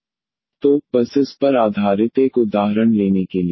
प्रदान 2≠0 1fDsin αx 1D2sin αx 1 2sin αx तो बस इस पर आधारित एक उदाहरण लेने के लिए